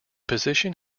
position